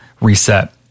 reset